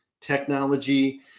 technology